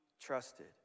trusted